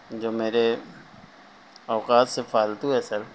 جو میرے اوقات سے فالتو ہے سر